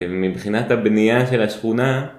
מבחינת הבנייה של השכונה